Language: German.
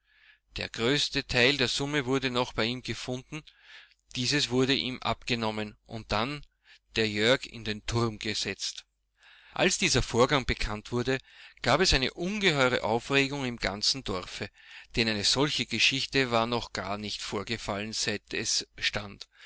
der größte teil der summe wurde noch bei ihm gefunden diese wurde ihm abgenommen und dann der jörg in den turm gesetzt als dieser vorgang bekannt wurde gab es eine ungeheure aufregung im ganzen dorfe denn eine solche geschichte war noch gar nicht vorgefallen seit es stand